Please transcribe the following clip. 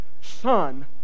Son